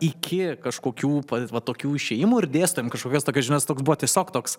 iki kažkokių va tokių išėjimų ir dėstom kažkokias tokias žinias toks buvo tiesiog toks